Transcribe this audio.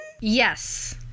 Yes